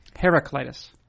Heraclitus